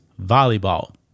volleyball